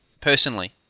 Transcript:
personally